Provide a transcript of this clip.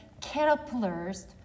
caterpillars